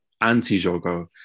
anti-Jogo